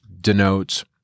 denotes